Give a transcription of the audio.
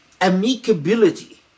amicability